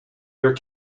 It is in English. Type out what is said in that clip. your